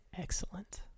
excellent